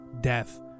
death